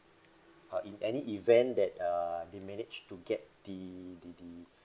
uh in any event that uh they managed to get the the the